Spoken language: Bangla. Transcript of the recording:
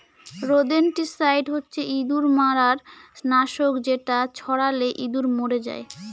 রোদেনটিসাইড হচ্ছে ইঁদুর মারার নাশক যেটা ছড়ালে ইঁদুর মরে যায়